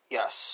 yes